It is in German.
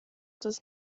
das